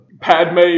Padme